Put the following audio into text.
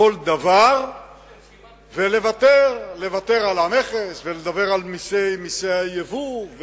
ולוותר על המכס ועל מסי היבוא.